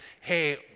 hey